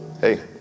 Hey